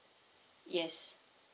yes